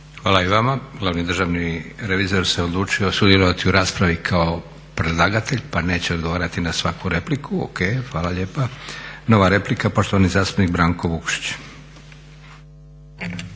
Hvala i vama. Glavni državni revizor se odlučio sudjelovati u raspravi kao predlagatelj pa neće odgovarati na svaku repliku. O.K, hvala lijepa. Nova replika, poštovani zastupnik Branko Vukšić.